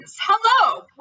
Hello